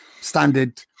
standard